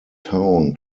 town